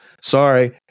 Sorry